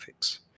graphics